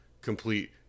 complete